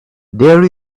there